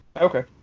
Okay